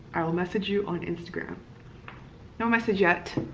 i will message you on instagram no message yet,